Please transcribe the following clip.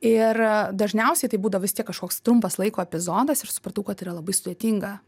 ir dažniausiai tai būdavo vis tiek kažkoks trumpas laiko epizodas ir supratau kad tai yra labai sudėtinga